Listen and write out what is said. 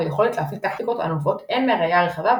ויכולת להפעיל טקטיקות הנובעות – הן מהראייה הרחבה,